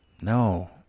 no